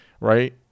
right